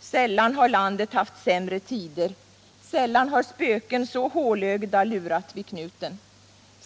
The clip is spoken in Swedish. Sällan har landet haft sämre tider. Sällan har spöken så hålögda lurat vid knuten.